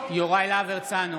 יוראי להב הרצנו,